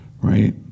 right